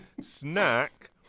snack